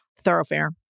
thoroughfare